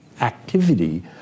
activity